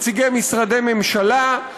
נציגי הממשלה,